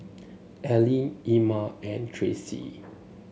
Ellie Ima and Tracey